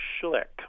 Schlick